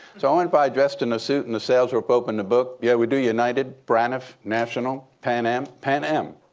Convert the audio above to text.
so i went by dressed in a suit. and the sales rep opened the book. yeah, we do united, braniff, national, pan am. pan am!